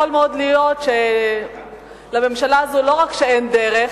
יכול מאוד להיות שלממשלה הזאת לא רק שאין דרך,